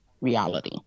reality